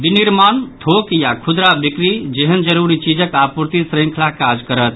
विनिर्माण थोक या खुदरा बिक्री जेहन जरूरी चीजक आपूर्ति श्रृंखला काज करत